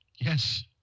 yes